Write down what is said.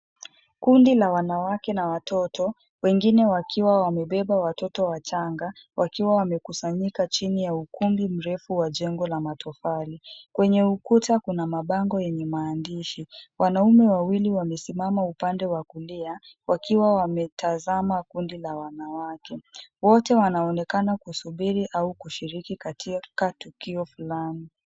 Kundi la wanawake na watoto, wengine wakiwa wamebeba watoto wachanga wakiwa wamekusanyika chini ya ukumbi mrefu wa jengo la matofali. Kwenye ukuta kuna mabango yenye maandishi. Wanaume wawili wamesimama upande wa kulia wakiwa wametazama kundi la wanawake. Wote wanaonekana kusubiri au kushiriki katika tukio fulani.